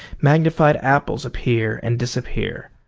magnified apples appear and disappear,